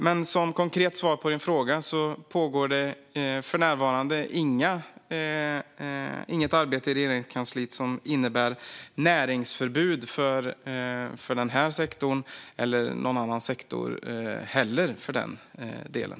Men som konkret svar på ledamotens fråga pågår det för närvarande inget arbete i Regeringskansliet som innebär näringsförbud för den här sektorn - eller någon annan sektor heller, för den delen.